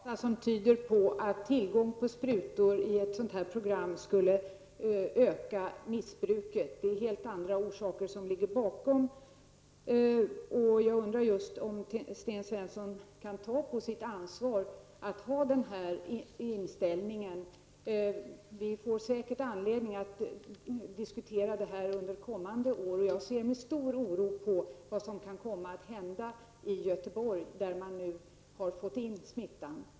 Herr talman! Det finns inga data som tyder på att tillgången på sprutor i ett sådant här program skulle öka missbruket. Det är helt andra orsaker som ligger bakom. Jag undrar just om Sten Svensson kan ta på sitt ansvar att ha denna inställning. Vi får säkert anledning att diskutera detta under kommande år. Jag ser med stor oro på vad som kan komma att hända i Göteborg, där man nu har fått in smittan.